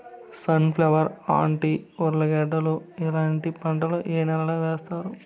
Sun flower, అంటి, ఉర్లగడ్డలు ఇలాంటి పంటలు ఏ నెలలో వేస్తారు?